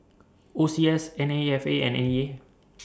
O C S N A F A and N E A